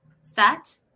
set